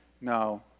no